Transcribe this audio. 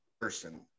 person